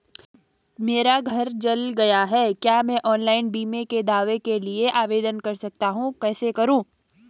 मेरा घर जल गया है क्या मैं ऑनलाइन बीमे के दावे के लिए आवेदन कर सकता हूँ कैसे करूँ?